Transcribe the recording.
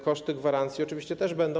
Koszty gwarancji oczywiście też będą.